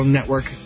Network